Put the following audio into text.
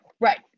Right